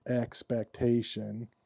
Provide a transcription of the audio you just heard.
expectation